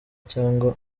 cyangwa